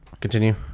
continue